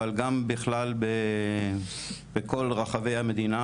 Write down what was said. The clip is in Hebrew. אבל גם בכלל בכל רחבי המדינה,